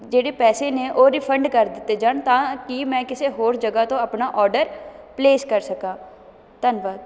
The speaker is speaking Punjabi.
ਜਿਹੜੇ ਪੈਸੇ ਨੇ ਉਹ ਰਿਫੰਡ ਕਰ ਦਿੱਤੇ ਜਾਣ ਤਾਂ ਕਿ ਮੈਂ ਕਿਸੇ ਹੋਰ ਜਗ੍ਹਾ ਤੋਂ ਆਪਣਾ ਔਡਰ ਪਲੇਸ ਕਰ ਸਕਾਂ ਧੰਨਵਾਦ